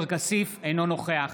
אינו נוכח